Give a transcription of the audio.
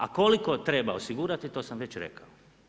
A koliko treba osigurati to sam već rekao.